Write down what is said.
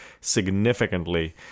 significantly